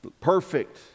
perfect